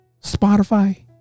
Spotify